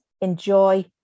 enjoy